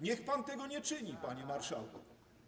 Niech pan tego nie czyni, panie marszałku.